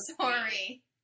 sorry